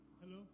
Hello